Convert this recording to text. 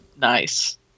Nice